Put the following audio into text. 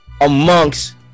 amongst